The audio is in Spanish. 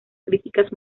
críticas